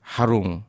Harung